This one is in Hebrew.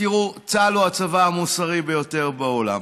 תראו, צה"ל הוא הצבא המוסרי ביותר בעולם.